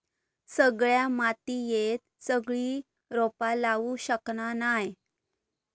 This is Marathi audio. सगळ्या मातीयेत सगळी रोपा लावू शकना नाय